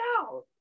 out